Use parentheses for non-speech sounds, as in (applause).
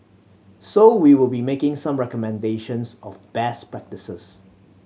so we will be making some recommendations of best (unintelligible)